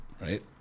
Right